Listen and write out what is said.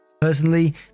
Personally